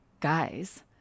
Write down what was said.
guys